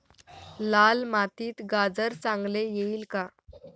लाल मातीत गाजर चांगले येईल का?